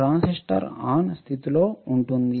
transistor ON స్థితిలో ఉంటుంది